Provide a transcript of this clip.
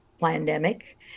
pandemic